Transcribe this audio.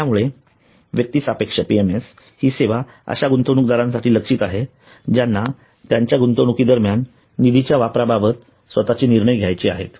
त्यामुळे व्यक्तिसापेक्ष PMS ही सेवा अशा गुंतवणूकदारांसाठी लक्ष्यित आहे ज्यांना त्यांच्या गुंतवणुकी दरम्यान निधीच्या वापराबाबत स्वतःचे निर्णय घ्यायचे आहेत